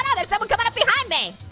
ah there's someone coming up behind me.